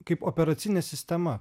kaip operacinė sistema